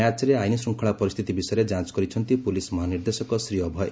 ମ୍ୟାଚ୍ର ଆଇନ୍ଶୃଙ୍ଖଳା ପରିସ୍ଥିତି ବିଷୟରେ ଯାଞ କରିଛନ୍ତି ପୁଲିସ ମହାନିର୍ଦ୍ଦେଶକ ଶ୍ରୀ ଅଭୟ